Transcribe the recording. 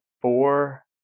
four